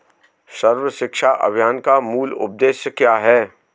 सर्व शिक्षा अभियान का मूल उद्देश्य क्या है?